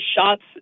shots